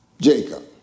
Jacob